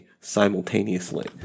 simultaneously